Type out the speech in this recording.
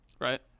Right